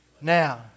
now